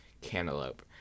cantaloupe